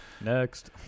Next